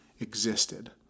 existed